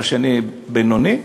והשני בינוני,